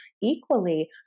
Equally